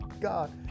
God